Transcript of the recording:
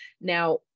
now